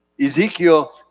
Ezekiel